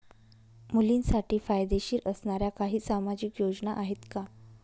मुलींसाठी फायदेशीर असणाऱ्या काही सामाजिक योजना आहेत का?